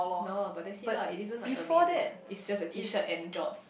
no ah but that's it lah it isn't like amazing ah it's just a T shirt and jots